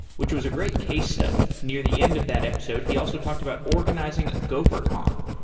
which was a great case study. near the end of that episode, he also talked about organizing gophercon,